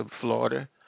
Florida